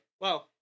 wow